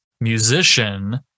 musician